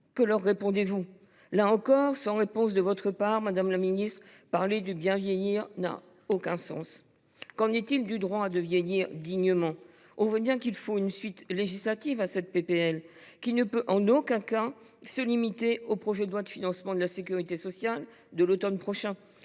Que leur répondez vous ? Là encore, sans réponse de votre part, madame la ministre, parler du bien vieillir n’a aucun sens. Qu’en est il du droit à vieillir dignement ? Il est nécessaire de donner une suite législative à cette proposition, qui ne peut en aucun cas se limiter au projet de loi de financement de la sécurité sociale (PLFSS) de l’automne prochain.